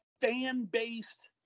fan-based